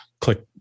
click